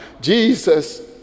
Jesus